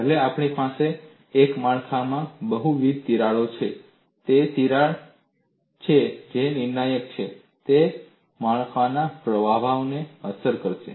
ભલે આપણી પાસે એક માળખામાં બહુવિધ તિરાડો છે તે તિરાડ છે જે નિર્ણાયક છે તે માળખાના પ્રભાવને અસર કરશે